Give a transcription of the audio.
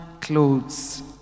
clothes